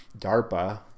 DARPA